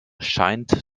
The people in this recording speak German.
scheint